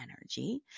energy